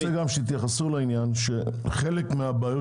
אני רוצה שגם יתייחסו לכך שחלק מהבעיות